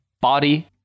body